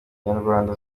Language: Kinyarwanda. kinyarwanda